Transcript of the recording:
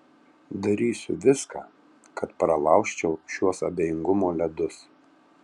darysiu viską kad pralaužčiau šiuos abejingumo ledus